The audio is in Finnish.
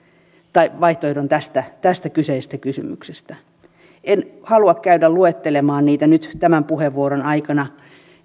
tai vaihtoehdon tästä tästä kyseisestä kysymyksestä en halua käydä luettelemaan niitä nyt tämän puheenvuoron aikana